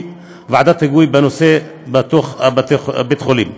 ועדת היגוי בנושא בתוך בית החולים.